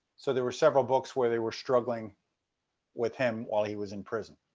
so there were several books where they were struggling with him while he was in prison.